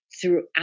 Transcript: Throughout